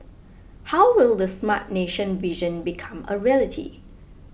how will the Smart Nation vision become a reality